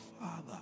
Father